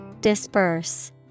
Disperse